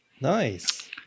Nice